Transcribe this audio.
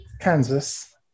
Kansas